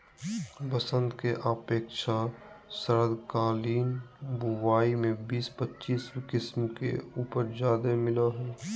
बसंत के अपेक्षा शरदकालीन बुवाई में बीस पच्चीस किस्म के उपज ज्यादे मिलय हइ